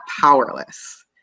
powerless